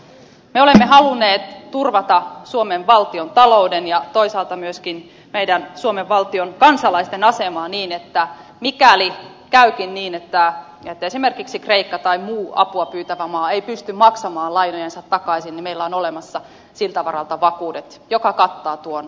me olemme halunneet turvata suomen valtion talouden ja toisaalta myöskin meidän suomen valtion kansalaisten asemaa niin että mikäli käykin niin että esimerkiksi kreikka tai muu apua pyytävä maa ei pysty maksamaan lainojansa takaisin niin meillä on olemassa siltä varalta vakuudet jotka kattavat tuon riskin